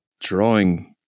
drawing